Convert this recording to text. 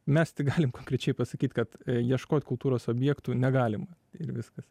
mes tik galim konkrečiai pasakyt kad ieškot kultūros objektų negalima ir viskas